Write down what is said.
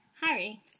Harry